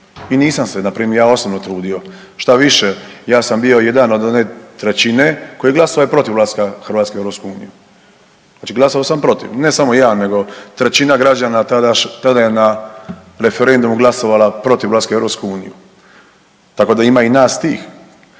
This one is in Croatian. I nisam se npr. ja osobno trudio, šta više ja sam bio jedan od one trećine koji je glasao protiv ulaska Hrvatske u EU. Znači glasao sam protiv. Ne samo ja nego trećina građana tada je na referendumu glasovala protiv ulaska Hrvatske u EU. Tako da ima i nas tih.